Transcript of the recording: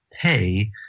pay